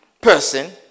person